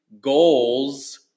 goals